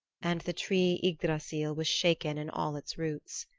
and the tree ygdrassil was shaken in all its roots.